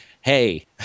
Hey